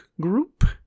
group